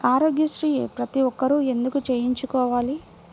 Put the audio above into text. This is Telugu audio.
ఆరోగ్యశ్రీ ప్రతి ఒక్కరూ ఎందుకు చేయించుకోవాలి?